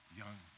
young